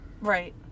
Right